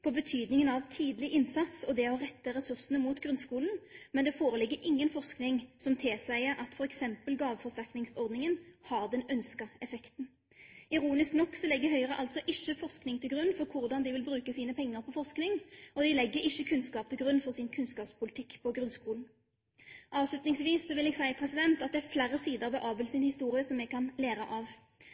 betydningen av tidlig innsats og det å rette ressursene mot grunnskolen, men det foreligger ingen forskning som tilsier at f.eks. gaveforsterkningsordningen har den ønskede effekten. Ironisk nok legger Høyre altså ikke forskning til grunn for hvordan de vil bruke sine penger på forskning, og de legger ikke kunnskap til grunn for sin kunnskapspolitikk for grunnskolen. Avslutningsvis vil jeg si at det er flere sider ved Abels historie som vi kan lære av.